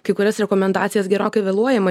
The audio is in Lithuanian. kai kurias rekomendacijas gerokai vėluojama